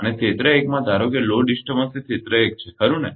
અને ક્ષેત્ર 1 માં ધારો કે લોડ ડિસ્ટર્બન્સ એ ક્ષેત્ર 1 છે ખરું ને